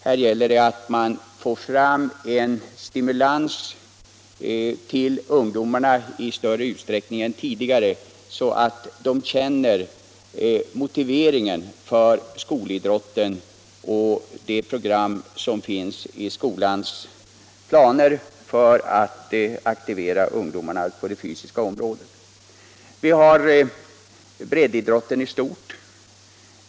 Här gäller det att i större utsträckning än tidigare stimulera ungdomarna så att de känner motivering för skolidrotten och för de program som skolorna har för att aktivera ungdomarna på det fysiska området. Vi har vidare breddidrotten i stort.